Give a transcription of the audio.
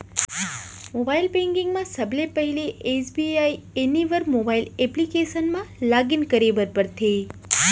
mobile banking म सबले पहिली एस.बी.आई एनिवर मोबाइल एप्लीकेसन म लॉगिन करे बर परथे